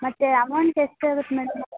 ಮತ್ತು ಅಮೌಂಟ್ ಎಷ್ಟು ಆಗುತ್ತೆ ಮೇಡಮ್